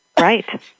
Right